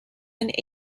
and